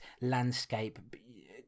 landscape